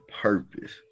purpose